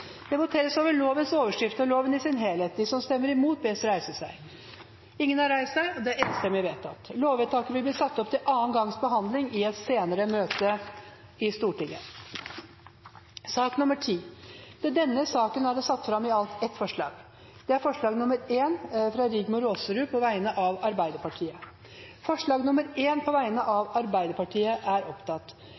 Det voteres over lovens overskrift og loven i sin helhet. Lovvedtaket vil bli satt opp til andre gangs behandling i et senere møte i Stortinget. Under debatten er det satt fram i alt to forslag. Det er forslag nr. 1, fra Magne Rommetveit på vegne av Arbeiderpartiet og Senterpartiet forslag nr. 2, fra Janne Sjelmo Nordås på vegne av Arbeiderpartiet